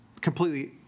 completely